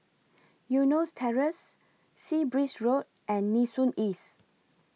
Eunos Terrace Sea Breeze Road and Nee Soon East